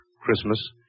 Christmas